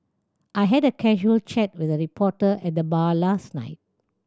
I had a casual chat with a reporter at the bar last night